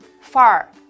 far